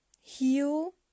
heal